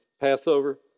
Passover